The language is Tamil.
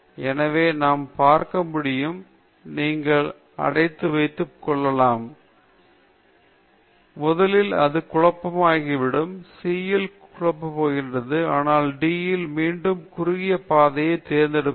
எனவே நாம் பார்க்க முடியும் நீங்கள் அடைப்பு வைத்துக் கொள்ளலாம் முதலில் அது குழப்பமாகிவிடும் C ல் அது குழப்பிப் போகிறது ஆனால் D இல் இது மீண்டும் குறுகிய பாதையைத் தேர்ந்தெடுப்பது